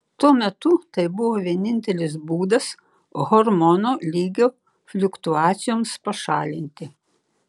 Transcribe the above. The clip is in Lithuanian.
tuo metu tai buvo vienintelis būdas hormonų lygio fliuktuacijoms pašalinti